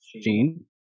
Gene